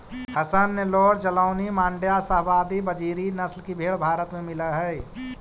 हसन, नैल्लोर, जालौनी, माण्ड्या, शाहवादी और बजीरी नस्ल की भेंड़ भारत में मिलअ हई